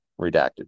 redacted